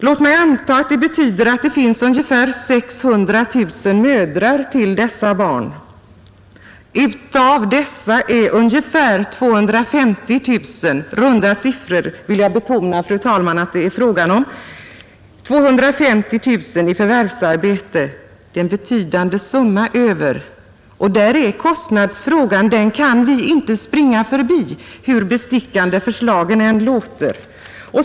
Låt oss anta att det finns ungefär 600 000 mödrar till dessa barn. Utav dessa är ungefär 250 000 — jag vill betona, fru talman, att det är fråga om runda siffror — i förvärvsarbete. Det är ett betydande antal över, och vi kan där inte springa förbi kostnadsfrågan, hur bestickande förslagen än låter.